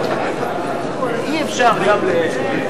לרשותך שלוש דקות.